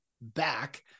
back